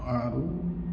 ଆରୁ